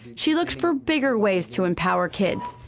she looked for bigger ways to empower kids.